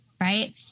Right